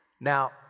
now